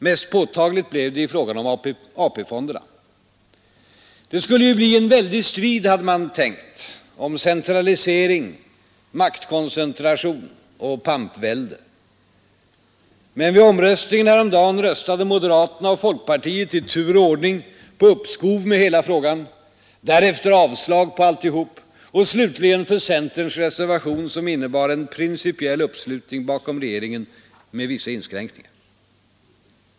Mest påtagligt blev det i fråga om AP-fonderna. Det skulle bli en väldig strid, hade man tänkt, om centralisering, maktkoncentration och pampvälde. Men vid omröstningen häromdagen röstade moderaterna och folkpartiet i tur och ordning för uppskov med hela frågan, därefter för avslag på alltihop och slutligen för centerns reservation, som innebar en principiell uppslutning bakom regeringen med vissa inskränkningar.